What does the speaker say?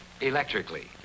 electrically